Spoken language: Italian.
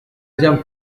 gian